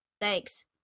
Thanks